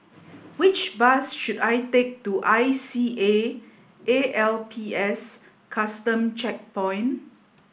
which bus should I take to I C A A L P S Custom Checkpoint